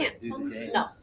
No